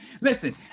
Listen